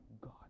God